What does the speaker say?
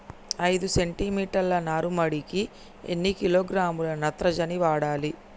ఐదు సెంటి మీటర్ల నారుమడికి ఎన్ని కిలోగ్రాముల నత్రజని వాడాలి?